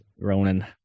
Ronan